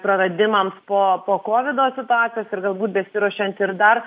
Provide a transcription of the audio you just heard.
praradimams po po kovido situacijos ir galbūt besiruošiant ir dar